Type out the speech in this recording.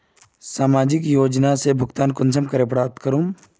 सामाजिक योजना से भुगतान कुंसम करे प्राप्त करूम?